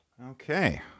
Okay